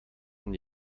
von